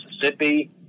Mississippi